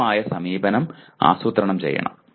ഉചിതമായ സമീപനം ആസൂത്രണം ചെയ്യുന്നു